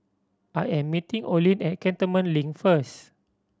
I am meeting Olene at Cantonment Link first